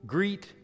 Greet